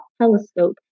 telescope